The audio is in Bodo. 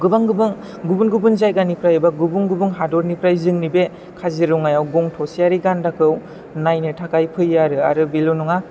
गोबां गोबां गुबुन गुबुन जायगानिफ्राय एबा गुबुन गुबुन हादरनिफ्राय जोंनि बे काजिरङायाव गं थसेयारि गान्दाखौ नायनो थाखाय फैयो आरो आरो बेल' नङा